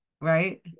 right